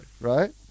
right